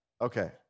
Okay